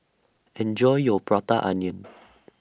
Enjoy your Prata Onion